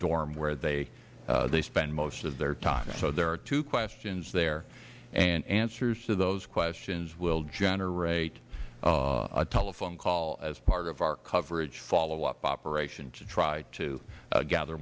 dorm where they spend most of their time so there are two questions there and answers to those questions will generate a telephone call as part of our coverage followup operations to try to gather